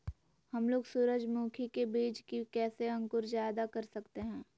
हमलोग सूरजमुखी के बिज की कैसे अंकुर जायदा कर सकते हैं?